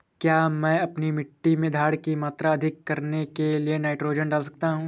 क्या मैं अपनी मिट्टी में धारण की मात्रा अधिक करने के लिए नाइट्रोजन डाल सकता हूँ?